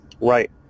Right